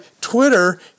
Twitter